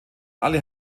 alle